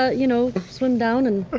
ah you know, swim down and